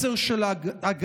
מסר של הגנה,